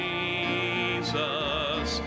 Jesus